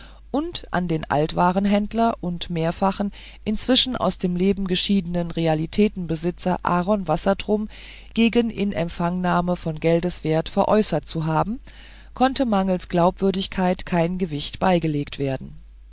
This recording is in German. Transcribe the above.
und an den altwarenhändler und mehrfachen inzwischen aus dem leben geschiedenen realitätenbesitzer aaron wassertrum gegen inempfangnahme von geldeswert veräußert zu haben konnte mangels glaubwürdigkeit kein gewicht beigelegt werden